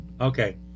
Okay